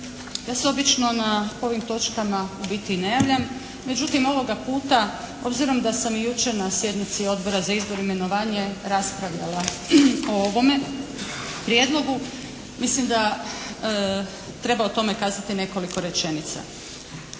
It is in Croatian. Ja se obično na ovim točkama u biti i ne javljam. Međutim, ovoga puta obzirom da sam jučer na sjednici Odbora za izbor, imenovanje raspravljala o ovome prijedlogu. Mislim da treba o tome kazati nekoliko rečenica.